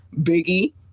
Biggie